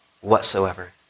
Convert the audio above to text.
whatsoever